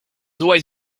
always